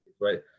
right